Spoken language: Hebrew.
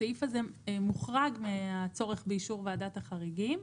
הסעיף הזה מוחרג מהצורך באישור ועדת חריגים,